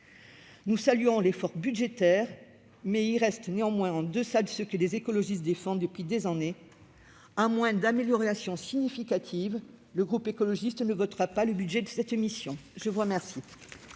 Nous saluons l'effort budgétaire, mais il reste néanmoins en deçà de ce que les écologistes défendent depuis des années. À moins d'améliorations significatives, le groupe écologiste ne votera pas le budget de cette mission. La parole